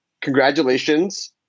Congratulations